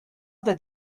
that